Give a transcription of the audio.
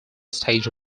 stage